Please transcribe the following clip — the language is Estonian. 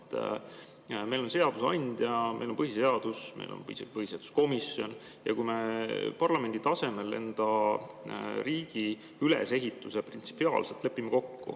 Meil on seadusandja, meil on põhiseadus, meil on põhiseaduskomisjon. Kui me parlamendi tasemel enda riigi ülesehituse printsipiaalselt kokku